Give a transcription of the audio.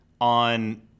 on